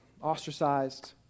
ostracized